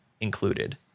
included